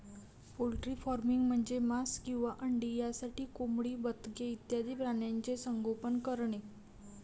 poultry farming म्हणजे मांस किंवा अंडी यासाठी कोंबडी, बदके इत्यादी प्राण्यांचे संगोपन करणे